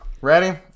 Ready